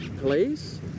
place